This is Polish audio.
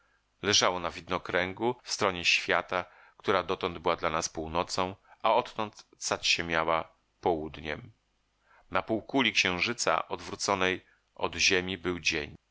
leżało na widnokręgu w stronie świata która dotąd była dla nas północą a odtąd stać się miała południem na półkuli księżyca odwróconej od ziemi był dzień